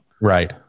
Right